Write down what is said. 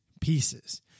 pieces